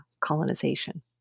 colonization